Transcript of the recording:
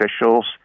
officials